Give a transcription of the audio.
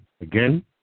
Again